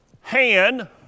hand